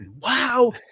Wow